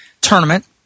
tournament